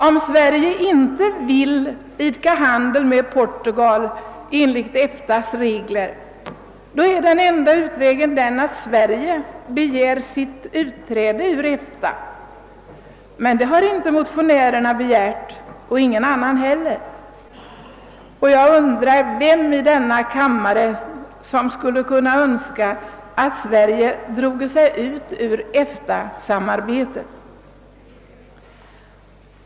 Om Sverige inte vill idka handel med Portugal enligt EFTA:s regler, är den enda utvägen den, att Sverige begär sitt utträde ur EFTA. Men det har inte motionärerna och inte heller någon annan begärt. Jag undrar vem i denna kammare som skulle önska att Sverige droge sig ur EFTA-samarbetet.